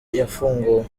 yafunguwe